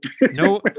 No